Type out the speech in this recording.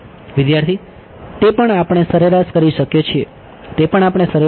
વિદ્યાર્થી તે પણ આપણે સરેરાશ કરી શકીએ છીએ